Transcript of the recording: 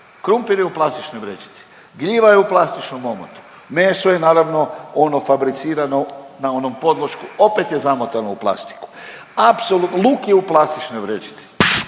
Krumpir je u plastičnoj vrećici, gljiva je u plastičnom omotu, meso je naravno ono fabricirano na onom podlošku opet je zamotano u plastiku, apsolutno, luk je u plastičnoj vrećici.